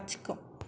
लाथिख'